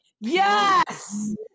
yes